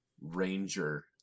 ranger